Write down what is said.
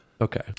Okay